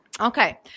okay